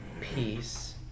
peace